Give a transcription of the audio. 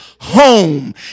Home